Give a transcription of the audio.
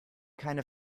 keine